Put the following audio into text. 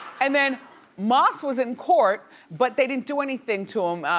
and then moss was in court but they didn't do anything to him.